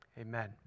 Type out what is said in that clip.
amen